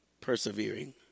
persevering